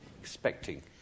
expecting